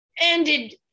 ended